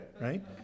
right